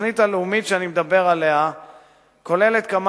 התוכנית הלאומית שאני מדבר עליה כוללת כמה